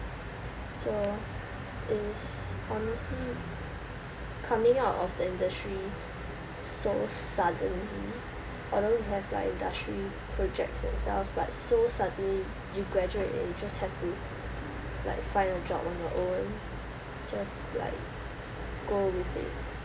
so it's honestly coming out of the industry so suddenly although you have like industry projects yourself but so suddenly you graduate and you just have to like find a job on your own just like go with it